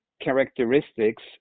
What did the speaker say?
characteristics